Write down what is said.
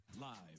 Live